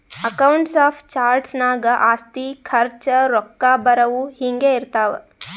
accounts of charts ನಾಗ್ ಆಸ್ತಿ, ಖರ್ಚ, ರೊಕ್ಕಾ ಬರವು, ಹಿಂಗೆ ಇರ್ತಾವ್